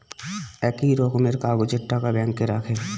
একই রকমের কাগজের টাকা ব্যাঙ্কে রাখে